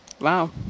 Wow